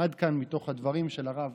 עד כאן מתוך הדברים של הרב